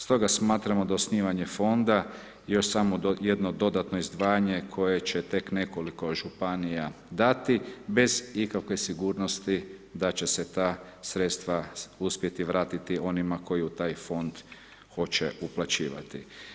Stoga smatramo da osnivanje fonda je samo jedno dodatno izdvajanje koje će tek nekoliko županija dati bez ikakve sigurnosti da će se ta sredstva uspjeti vratiti onima koji u taj fond hoće uplaćivati.